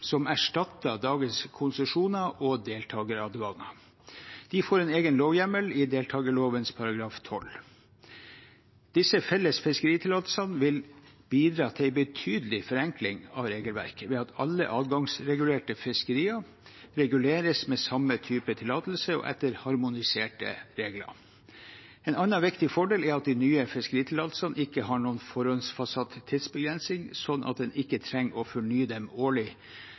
som erstatter dagens konsesjoner og deltakeradganger. De får en egen lovhjemmel i deltakerloven § 12. Disse felles fiskeritillatelsene vil bidra til en betydelig forenkling av regelverket ved at alle adgangsregulerte fiskerier reguleres med samme type tillatelse og etter harmoniserte regler. En annen viktig fordel er at de nye fisketillatelsene ikke har noen forhåndsfastsatt tidsbegrensning, slik at en ikke trenger å fornye dem årlig,